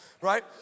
right